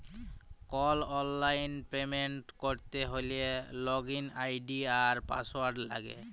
call অললাইল payment ক্যরতে হ্যলে লগইল আই.ডি আর পাসঅয়াড় লাগে